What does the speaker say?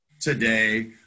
today